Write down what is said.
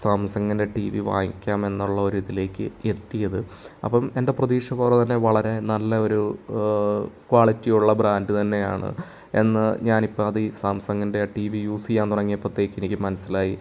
സാംസങ്ങിൻ്റെ T V വാങ്ങിക്കാം എന്നുള്ള ഒരു ഇതിലേക്ക് എത്തിയത് അപ്പം എൻ്റെ പ്രതീക്ഷ പോലെ തന്നെ വളരെ നല്ല ഒരു ക്വാളിറ്റി ഉള്ള ബ്രാൻഡ് തന്നെയാണ് എന്ന് ഞാനിപ്പം അത് ഈ സാംസങ്ങിൻ്റെ ടി വി യൂസ് ചെയ്യാൻ തുടങ്ങിയപ്പോഴത്തേക്കും എനിക്ക് മനസ്സിലായി